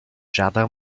jardin